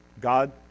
God